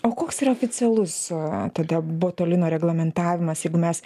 o koks yra oficialus tada botulino reglamentavimas jeigu mes